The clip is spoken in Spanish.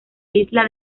isla